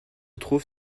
trouve